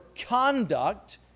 conduct